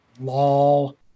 LOL